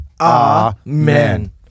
Amen